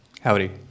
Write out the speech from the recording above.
howdy